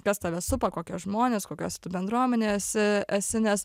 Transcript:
kas tave supa kokie žmonės kokias tu bendruomenėse esi nes